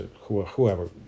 whoever